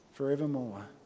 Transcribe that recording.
forevermore